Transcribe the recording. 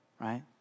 right